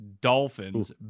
Dolphins